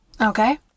Okay